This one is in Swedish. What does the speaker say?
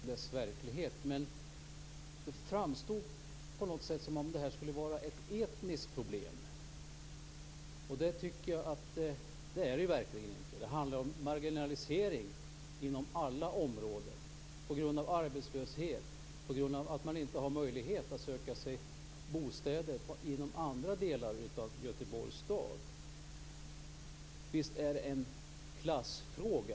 Herr talman! Det var en målande beskrivning av Biskopsgården och dess verklighet. Det framstod på något sätt som om det skulle vara ett etniskt problem. Det är det verkligen inte. Det handlar ju om marginalisering inom alla områden på grund av arbetslöshet, på grund av att man inte har möjlighet att söka sig bostäder inom andra delar av Göteborgs stad. Visst är det en klassfråga.